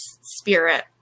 spirit